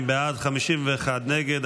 32 בעד, 51 נגד.